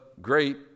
Great